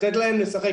לתת להם לשחק.